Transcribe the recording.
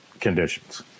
conditions